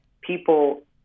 people